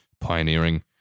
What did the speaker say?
pioneering